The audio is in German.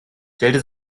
stellte